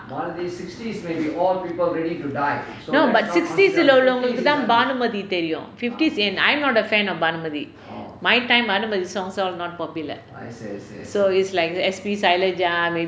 no but sixties இல்ல இருக்குற வொண்களுக்கு தான்:illa irukkura vongalukku thaan bhanumathi தெரியும்:theriyum fifties என்:en I'm not a fan of bhanumathi my time bhanumathi songs all not popular so it's like the S_P shailaja